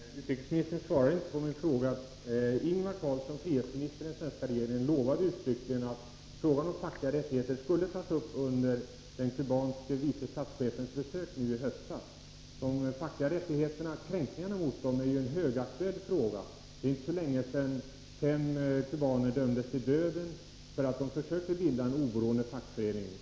Herr talman! Utrikesministern svarar inte på min fråga. Ingvar Carlsson, ”frihetsminister” i den svenska regeringen, lovade uttryckligen att frågan om fackliga rättigheter skulle tas upp under den kubanske vice statschefens besök nu i höstas. Kränkningarna av de fackliga rättigheterna är ju en högaktuell fråga. Det är inte så länge sedan fem kubaner dömdes till döden för att de försökt bilda en oberoende fackförening.